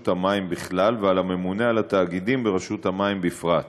המים בכלל ועל הממונה על התאגידים ברשות המים בפרט.